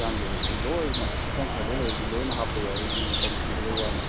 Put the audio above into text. ꯍꯛꯆꯥꯡꯒꯤ ꯑꯣꯏꯕꯗꯤ ꯂꯣꯏꯅ ꯍꯛꯆꯥꯡ ꯁꯥꯖꯦꯜ ꯑꯣꯏꯕꯗꯤ ꯂꯣꯏꯅ ꯍꯥꯞꯄ ꯌꯥꯏ ꯃꯇꯝ ꯁꯪꯗꯕꯒꯤ ꯋꯥꯅꯤ